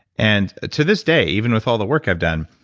and to this day, even with all the work i've done,